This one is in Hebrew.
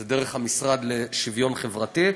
זה דרך המשרד לשוויון חברתי,